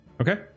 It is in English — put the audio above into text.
Okay